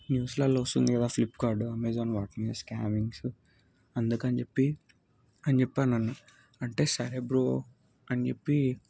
న్యూస్లలో వస్తుంది కదా Flipkart Amazon వాటిని స్కామింగ్స్ అందుకని చెప్పి అని చెప్పి అన్నా అంటే సరే బ్రో అని చెప్పి